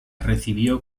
recibió